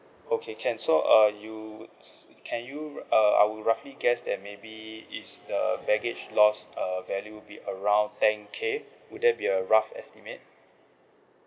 okay can so uh you s~ can you uh I would roughly guess that maybe is the baggage lost err value be around ten K would there be a rough estimate